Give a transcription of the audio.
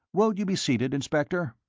won't you be seated, inspector?